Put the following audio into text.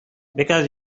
because